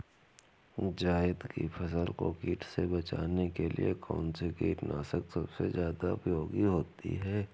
जायद की फसल को कीट से बचाने के लिए कौन से कीटनाशक सबसे ज्यादा उपयोगी होती है?